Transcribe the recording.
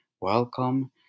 Welcome